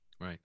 Right